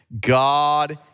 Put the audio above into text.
God